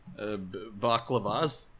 baklavas